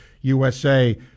USA